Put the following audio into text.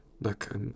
Look